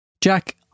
Jack